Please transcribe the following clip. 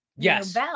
Yes